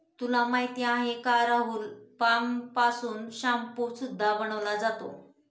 तुला माहिती आहे का राहुल? पाम पासून शाम्पू सुद्धा बनवला जातो